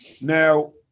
Now